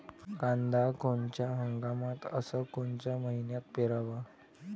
कांद्या कोनच्या हंगामात अस कोनच्या मईन्यात पेरावं?